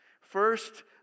First